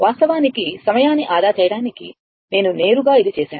వాస్తవానికి సమయాన్ని ఆదా చేయడానికి నేను నేరుగా ఇది చేసాను